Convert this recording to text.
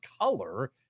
color